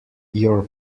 your